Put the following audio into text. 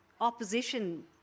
Opposition